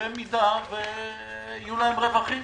אם יהיו להם רווחים.